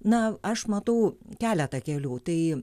na aš matau keletą kelių tai